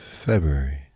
February